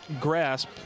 grasp